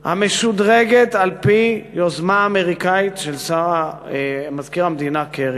המשודרגת על-פי יוזמה אמריקנית של מזכיר המדינה קרי.